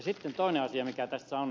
sitten toinen asia mikä tässä on